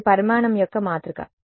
ఇది పరిమాణం యొక్క మాతృక